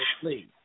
please